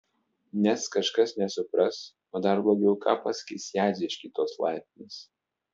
nes kažkas nesupras o dar blogiau ką pasakys jadzė iš kitos laiptinės